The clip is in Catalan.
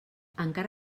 encara